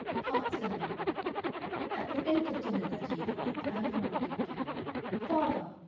part seven at the end of dinner that evening ann veronica began father!